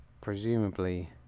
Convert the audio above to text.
presumably